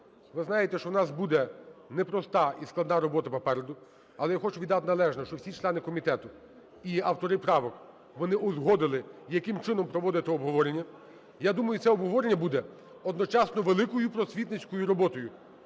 Ви знаєте, що в нас буде непроста і складна робота попереду. Але я хочу віддати належне, що всі члени комітету і автори правок вони узгодили, яким чином проводити обговорення. Я думаю, це обговорення буде одночасно великою просвітницькою роботою.